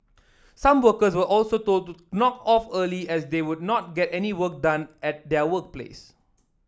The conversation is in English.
some workers were also told to knock off early as they would not get any work done at their workplace